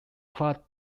quad